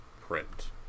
print